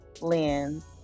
lens